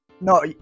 No